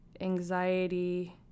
anxiety